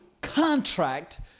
contract